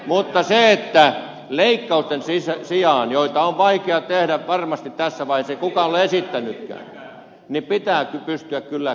mutta se että leikkausten sijaan joita on vaikea tehdä varmasti tässä vaiheessa ei kukaan ole esittänytkään pitää pystyä kyllä kulukuriin